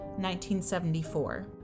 1974